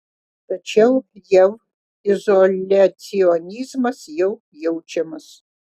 tačiau jav izoliacionizmas jau jaučiamas